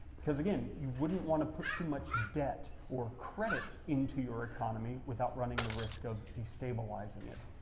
because again, you wouldn't wanna put too much debt or credit into your economy without running the risk of destabilizing it.